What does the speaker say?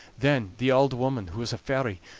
then the auld woman, who was a fairy,